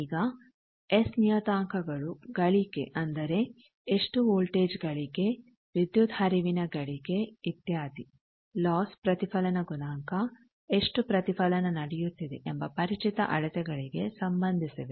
ಈಗ ಎಸ್ ನಿಯತಾಂಕಗಳು ಗಳಿಕೆಅಂದರೆ ಎಷ್ಟು ವೋಲ್ಟೇಜ್ ಗಳಿಕೆ ವಿದ್ಯುತ್ ಹರಿವಿನ ಗಳಿಕೆ ಇತ್ಯಾದಿ ಲಾಸ್ ಪ್ರತಿಫಲನ ಗುಣಾಂಕ ಎಷ್ಟು ಪ್ರತಿಫಲನ ನಡೆಯುತ್ತಿದೆ ಎಂಬ ಪರಿಚಿತ ಅಳತೆಗಳಿಗೆ ಸಂಬಂಧಿಸಿವೆ